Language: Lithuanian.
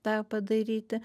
tą padaryti